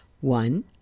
One